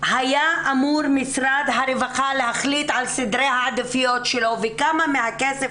היה אמור משרד הרווחה להחליט על סדרי העדיפויות שלו וכמה מהכסף,